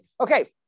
Okay